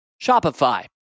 Shopify